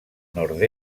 nord